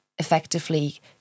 effectively